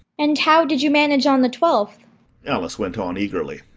and how did you manage on the twelfth alice went on eagerly.